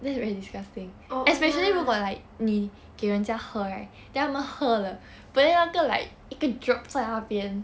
oh ya